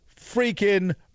freaking